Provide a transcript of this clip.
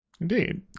Indeed